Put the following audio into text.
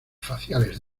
faciales